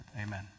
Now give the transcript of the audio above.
Amen